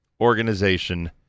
organization